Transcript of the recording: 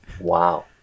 wow